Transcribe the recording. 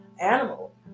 animal